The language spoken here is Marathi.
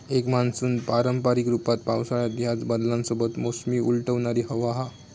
एक मान्सून पारंपारिक रूपात पावसाळ्यात ह्याच बदलांसोबत मोसमी उलटवणारी हवा हा